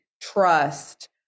trust